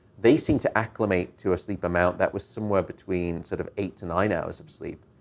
they seemed to acclimate to a sleep amount that was somewhere between sort of eight to nine hours of sleep.